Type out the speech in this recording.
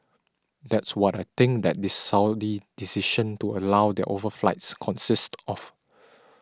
that's what I think that this Saudi decision to allow their overflights consists of